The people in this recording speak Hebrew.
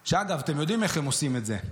שאגב, אתם יודעים איך הם עושים את זה?